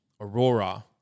Aurora